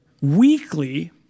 weekly